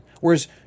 Whereas